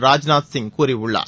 ராஜ்நாத் சிங் கூறியுள்ளார்